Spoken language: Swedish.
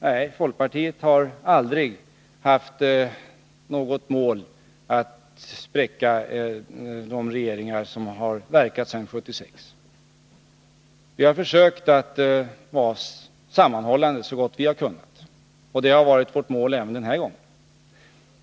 Nej, folkpartiet har aldrig haft som mål att spräcka någon av de regeringar som har verkat sedan 1976. Vi har så gott vi har kunnat försökt att vara sammanhållande. Det har varit vårt mål även denna gång.